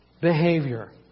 behavior